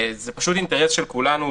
זה פשוט אינטרס של כולנו,